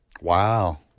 Wow